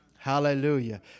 Hallelujah